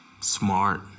Smart